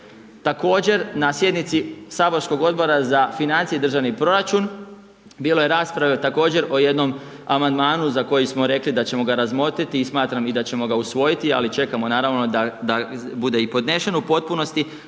Također na sjednici saborskog Odbora za financije i državni proračun, bilo je rasprave također o jednom amandmanu, za koji smo rekli da ćemo ga razmotriti i smatram i da ćemo ga usvojiti, ali čekom naravno da bude i podnesen u potpunosti,